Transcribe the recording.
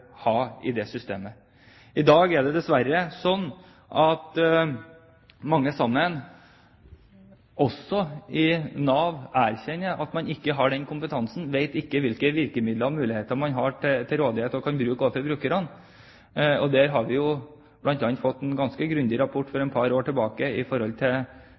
i systemet. I dag er det dessverre slik at mange, også i Nav, erkjenner at man ikke har den kompetansen, ikke vet hvilke virkemidler og muligheter man har til rådighet og kan bruke overfor brukerne. Der har vi bl.a. fått en ganske grundig rapport for et par år tilbake fra sivilombudsmannen. Jeg registrerer at det ikke er kommet noe nytt i forhold til